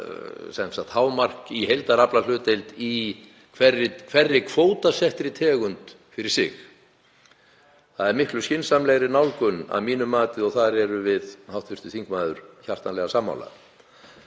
miða við hámark í heildaraflahlutdeild í hverri kvótasettri tegund fyrir sig. Það er miklu skynsamlegri nálgun að mínu mati og þar erum við hv. þingmaður hjartanlega sammála.